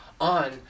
on